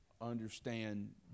understand